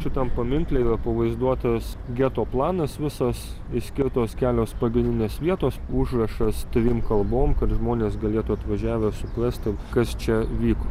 šitam paminkle yra pavaizduotas geto planas visos išskirtos kelios pagrindinės vietos užrašas trim kalbom kad žmonės galėtų atvažiavę suprasti kas čia vyko